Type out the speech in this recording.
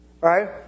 Right